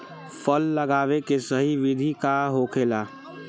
फल लगावे के सही विधि का होखेला?